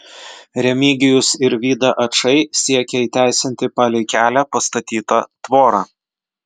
remigijus ir vida ačai siekia įteisinti palei kelią pastatytą tvorą